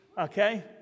okay